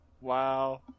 Wow